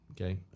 okay